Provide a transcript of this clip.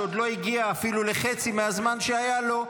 שעוד לא הגיע אפילו לחצי מהזמן שהיה לו,